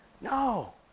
No